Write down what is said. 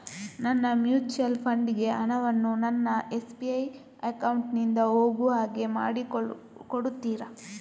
ನನ್ನ mutual fund ಗೆ ಹಣ ವನ್ನು ನನ್ನ ಎಸ್.ಬಿ ಅಕೌಂಟ್ ನಿಂದ ಹೋಗು ಹಾಗೆ ಮಾಡಿಕೊಡುತ್ತೀರಾ?